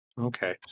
Okay